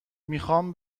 میخام